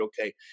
okay